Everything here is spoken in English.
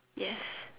yes